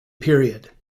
period